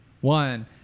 one